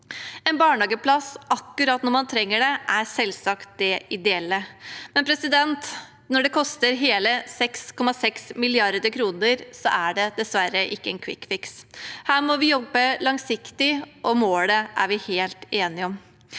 En barnehageplass akkurat når man trenger det, er selvsagt det ideelle. Men når det koster hele 6,6 mrd. kr, er det dessverre ikke en kvikkfiks. Her må vi jobbe langsiktig, og målet er vi helt enige om.